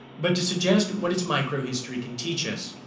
but to suggest what its micro-history can teach us.